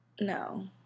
No